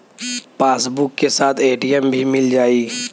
Passbook के साथ ATM भी मील जाई?